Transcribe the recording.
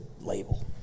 label